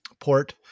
port